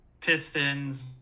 pistons